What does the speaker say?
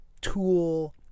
tool